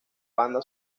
banda